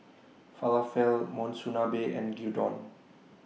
Falafel Monsunabe and Gyudon